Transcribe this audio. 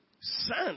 son